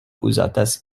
uzatas